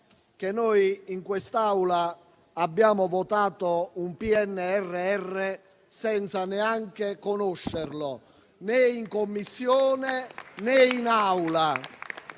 che in quest'Aula abbiamo votato il PNNR senza neanche conoscerlo, né in Commissione né in Aula,